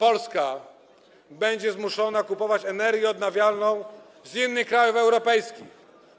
Polska będzie zmuszona kupować energię odnawialną z innych krajów europejskich.